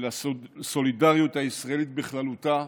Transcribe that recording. ולסולידריות הישראלית בכללותה,